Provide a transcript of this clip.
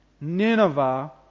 Nineveh